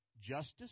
justice